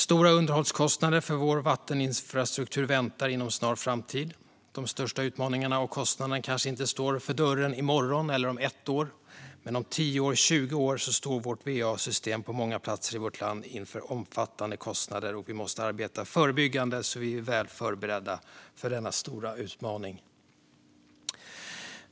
Stora underhållskostnader för vår vatteninfrastruktur väntar inom en snar framtid. De största utmaningarna och kostnaderna kanske inte står för dörren i morgon eller om ett år, men om tio eller tjugo år står va-systemet på många platser i vårt land inför omfattande kostnader. Vi måste arbeta förebyggande så att vi är väl förberedda för denna stora utmaning.